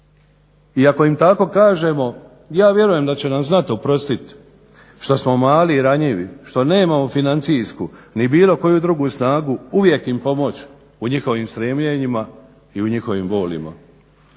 I ako im tako kažemo ja vjerujem da će nam znati oprostiti što smo mali i ranjivi što nemamo financijsku ni bilo koju drugu snagu uvijek im pomoći u njihovim stremljenjima i u njihovim bolima,